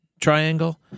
triangle